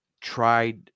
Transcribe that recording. tried